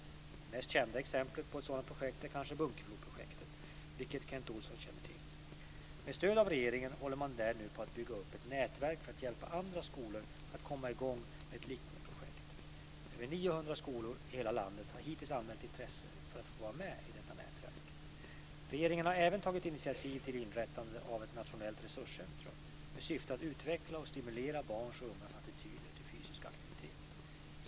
Det mest kända exemplet på ett sådant projekt är kanske Bunkefloprojektet, vilket Kent Olsson känner till. Med stöd av regeringen håller man där nu på att bygga upp ett nätverk för att hjälpa andra skolor att komma i gång med liknande projekt. Över 900 skolor i hela landet har hittills anmält intresse för att få vara med i detta nätverk. Regeringen har även tagit initiativ till inrättandet av ett nationellt resurscentrum med syfte att utveckla och stimulera barns och ungas attityder till fysisk aktivitet.